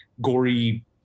gory